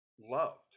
loved